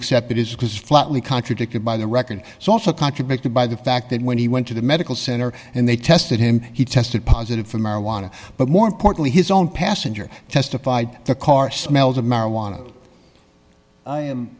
accepted is because flatly contradicted by the record so also contradicted by the fact that when he went to the medical center and they tested him he tested positive for marijuana but more importantly his own passenger testified the car smells of marijuana